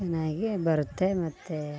ಚೆನ್ನಾಗಿ ಬರುತ್ತೆ ಮತ್ತು